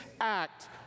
act